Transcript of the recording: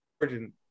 origin